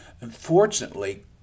Unfortunately